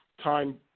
time